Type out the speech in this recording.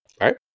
right